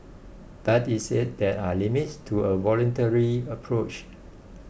but it said there are limits to a voluntary approach